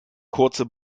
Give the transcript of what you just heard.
kurze